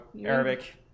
Arabic